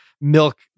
milk